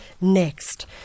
Next